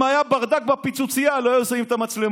אם היה ברדק בפיצוצייה לא היו שמים מצלמות.